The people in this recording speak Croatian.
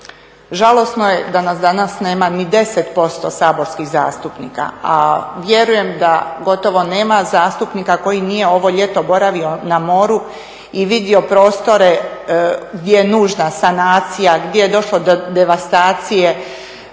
Žalosno je da nas danas nema ni 10% saborskih zastupnika a vjerujem da gotovo nema zastupnika koji nije ovo ljeto boravio na moru i vidio prostore gdje je nužna sanacija, gdje je došlo do devastacije,